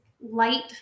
light